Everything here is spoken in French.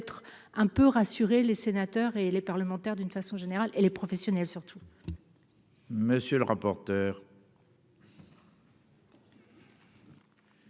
un peu rassuré les sénateurs et les parlementaires d'une façon générale, et les professionnels surtout. Monsieur le rapporteur.